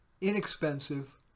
inexpensive